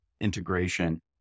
integration